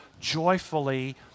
joyfully